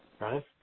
right